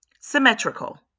Symmetrical